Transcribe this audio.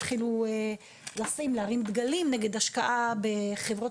התחילו לשים ולהרים דגלים נגד השקעה בחברות